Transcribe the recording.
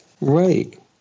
Right